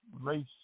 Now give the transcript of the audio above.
race